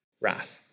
wrath